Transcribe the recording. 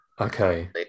Okay